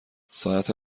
ساعت